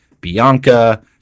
Bianca